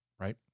right